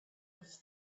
have